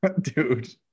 dude